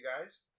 guys